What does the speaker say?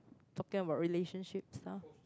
talking about relationships ah